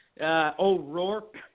O'Rourke